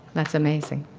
that's amazing.